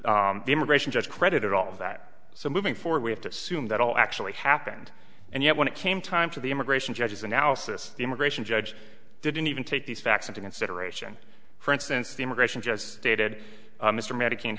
t immigration judge credit all of that so moving forward we have to assume that all actually happened and yet when it came time to the immigration judges analysis the immigration judge didn't even take these facts into consideration for instance the immigration judge stated mr me